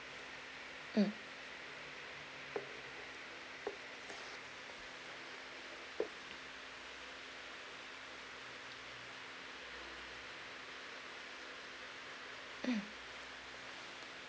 mm mm